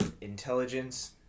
intelligence